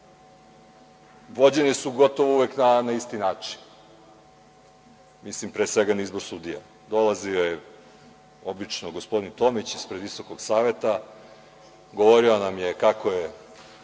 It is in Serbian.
vođene su gotovo uvek na isti način. Mislim pre svega na izbor sudija. Dolazio je obično gospodin Tomić ispred Visokog saveta, govorio nam je kako je